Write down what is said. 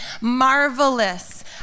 Marvelous